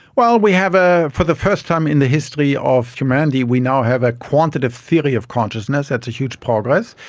well, we have ah for the first time in the history of humanity we now have a quantitative theory of consciousness, that's a huge progress.